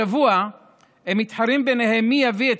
השבוע הם מתחרים ביניהם מי יביא את